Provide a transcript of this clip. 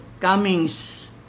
comings